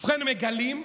ובכן, מגלים,